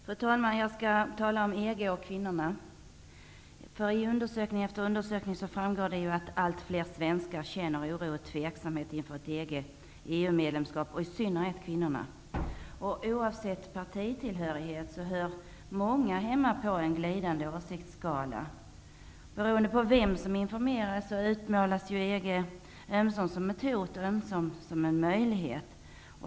Fru talman! Jag har för avsikt att tala om EG och kvinnorna. Av undersökning efter undersökning framgår att allt fler svenskar känner oro och tveksamhet inför ett EG/EU-medlemskap, i synnerhet kvinnorna. Oavsett partitillhörighet hör många hemma på en glidande åsiktsskala. Beroende på vem som informerar utmålas EG ömsom som ett hot, ömsom som en möjlighet.